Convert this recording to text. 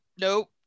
nope